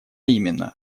именно